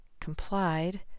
complied